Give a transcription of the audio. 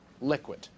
liquid